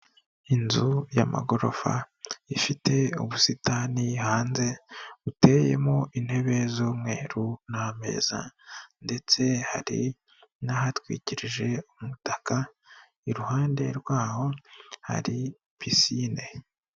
Inzu y'amagorofa ifite ubusitani hanze buteyemo intebe z'umweru n'ameza ndetse hari n'ahatwikirije umutaka iruhande rwaho hari pisine.